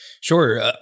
Sure